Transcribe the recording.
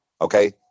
Okay